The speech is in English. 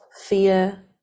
fear